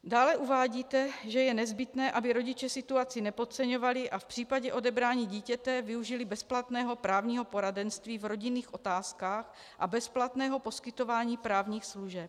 Dále uvádíte, že je nezbytné, aby rodiče situaci nepodceňovali a v případě odebrání dítěte využili bezplatného právního poradenství v rodinných otázkách a bezplatného poskytování právních služeb.